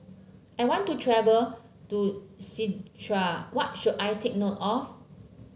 I want to travel to Czechia what should I take note of